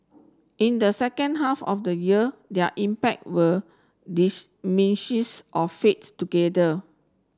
in the second half of the year their impact will or fades together